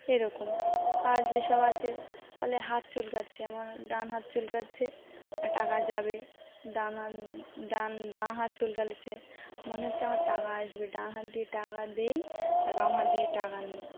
এরকম আর যেসব আছে বলে হাত চুলকাচ্ছে আমার ডান হাত চুলকাচ্ছে আর টাকা যাবে ডান হাত ডান বাঁ হাত চুলকাচ্ছে মনে হচ্ছে আমার টাকা আসবে ডান হাত দিয়ে টাকা দেই আর বাম হাত দিয়ে টাকা নিই